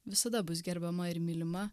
visada bus gerbiama ir mylima